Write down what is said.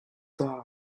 die